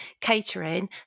Catering